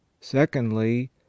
Secondly